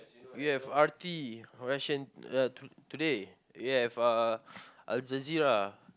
you have R_T uh to~ today you have uh Al Jazeera